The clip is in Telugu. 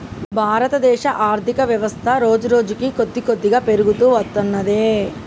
భారతదేశ ఆర్ధికవ్యవస్థ రోజురోజుకీ కొద్దికొద్దిగా పెరుగుతూ వత్తున్నది